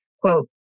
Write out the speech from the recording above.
quote